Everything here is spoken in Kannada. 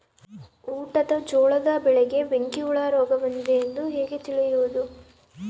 ಊಟದ ಜೋಳದ ಬೆಳೆಗೆ ಬೆಂಕಿ ಹುಳ ರೋಗ ಬಂದಿದೆ ಎಂದು ಹೇಗೆ ತಿಳಿಯುವುದು?